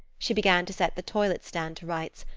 she began to set the toilet-stand to rights,